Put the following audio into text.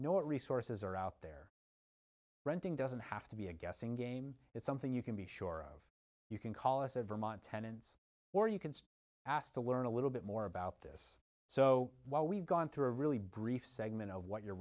know what resources are out there renting doesn't have to be a guessing game it's something you can be sure of you can call us a vermont tenant's or you can ask to learn a little bit more about this so while we've gone through a really brief segment of what you